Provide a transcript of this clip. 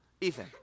Ethan